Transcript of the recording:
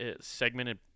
segmented